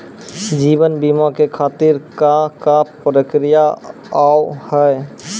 जीवन बीमा के खातिर का का प्रक्रिया हाव हाय?